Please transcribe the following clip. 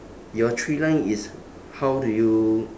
your three line is how do you